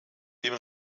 dem